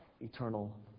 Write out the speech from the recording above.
eternal